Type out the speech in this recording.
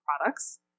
products